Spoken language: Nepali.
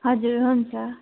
हजुर हुन्छ